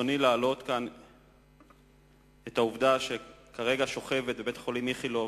ברצוני להעלות כאן את העובדה שכרגע שוכבת בבית-החולים "איכילוב"